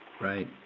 Right